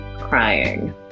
crying